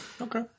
okay